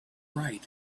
bright